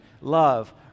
love